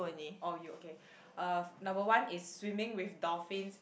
oh you okay uh number one is swimming with dolphins